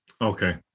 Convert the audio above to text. okay